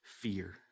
Fear